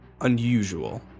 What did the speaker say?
unusual